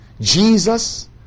Jesus